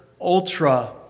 ultra